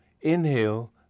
inhale